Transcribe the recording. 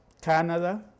Canada